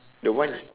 the one